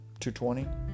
220